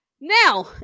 Now